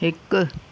हिकु